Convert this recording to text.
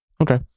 Okay